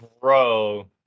bro